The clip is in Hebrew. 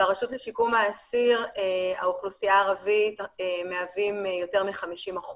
ברשות לשיקום האסיר האוכלוסייה הערבית מהווים יותר מ-50%,